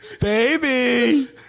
Baby